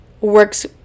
works